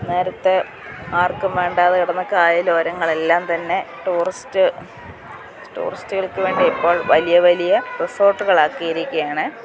നേരത്തെ ആർക്കും വേണ്ടാതെ കിടന്ന കായലോരങ്ങളെല്ലാം തന്നെ ടൂറിസ്റ്റ് ടൂറിസ്റ്റുകൾക്കു വേണ്ടി ഇപ്പോൾ വലിയ വലിയ റിസോർട്ടുകളാക്കിയിരിക്കുകയാണ്